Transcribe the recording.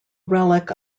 relic